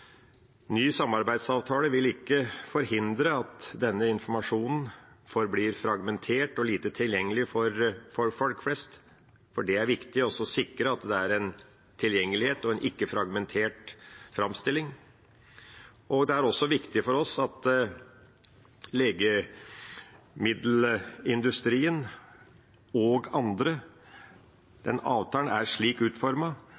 ny samarbeidsavtale vil ikke forhindre at denne informasjonen forblir fragmentert og lite tilgjengelig for folk flest, og det er viktig å sikre tilgjengelighet og en ikke-fragmentert framstilling. Denne avtalen er slik utformet at også legemiddelfirmaer som ikke